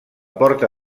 porta